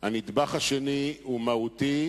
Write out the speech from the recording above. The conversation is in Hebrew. הנדבך השני מהותי,